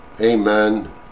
Amen